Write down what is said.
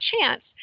chance